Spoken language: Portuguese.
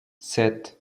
sete